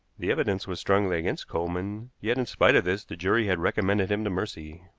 the evidence was strongly against coleman, yet in spite of this the jury had recommended him to mercy.